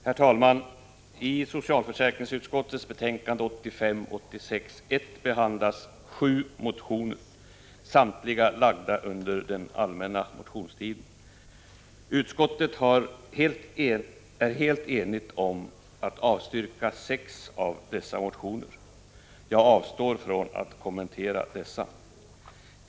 Herr talman! I socialförsäkringsutskottets betänkande 1985/86:1 behandlas sju motioner, samtliga väckta under allmänna motionstiden. Utskottet är helt enigt om att avstyrka sex av dessa motioner. Jag avstår från att kommentera dem.